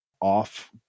off